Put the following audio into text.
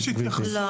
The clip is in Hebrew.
לא.